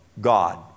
God